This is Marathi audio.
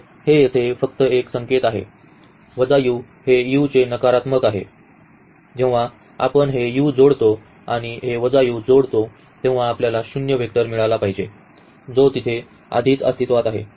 तर हे येथे फक्त एक संकेत आहे u हे u चे नकारात्मक आहे जेव्हा आपण हे u जोडतो आणि हे u जोडतो तेव्हा आपल्याला शून्य वेक्टर मिळाला पाहिजे जो तिथे आधीच अस्तित्वात आहे